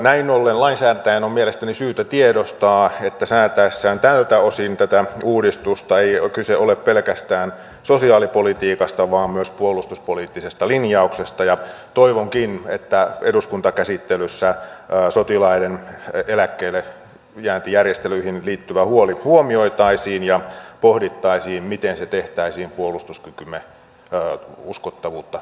näin ollen lainsäätäjän on mielestäni syytä tiedostaa että sen säätäessä tältä osin tätä uudistusta ei kyse ole pelkästään sosiaalipolitiikasta vaan myös puolustuspoliittisesta linjauksesta ja toivonkin että eduskuntakäsittelyssä sotilaiden eläkkeellejääntijärjestelyihin liittyvä huoli huomioitaisiin ja pohdittaisiin miten se tehtäisiin puolustuskykymme uskottavuutta vaarantamatta